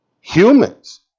humans